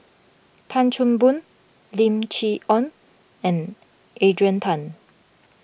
Tan Chan Boon Lim Chee Onn and Adrian Tan